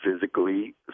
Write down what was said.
physically